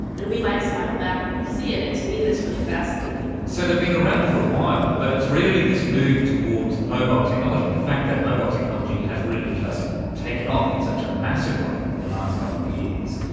and we might smile back when we see it, and to me that's really fascinating. so they've been around for a while, but it's really this move towards mobile technology, the fact that mobile technology has really just taken off in such a massive way in the last couple of years,